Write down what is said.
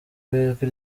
w’ijwi